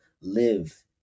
live